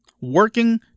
Working